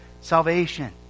salvation